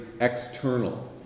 external